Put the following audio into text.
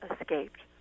escaped